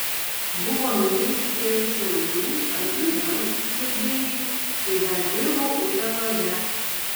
buvo minėti keli šiaulių ar juventus žaidėjai kai dar dirbau utenoje